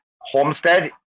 homestead